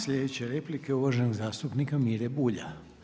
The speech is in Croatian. Sljedeća replika je uvaženog zastupnika Mire Bulja.